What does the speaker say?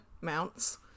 mounts